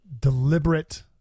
deliberate